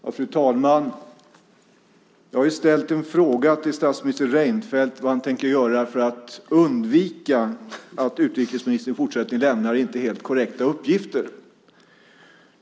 Fru talman! Jag har ställt en fråga till statsminister Reinfeldt om vad han tänker göra för att undvika att utrikesministern i fortsättningen lämnar inte helt korrekta uppgifter.